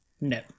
No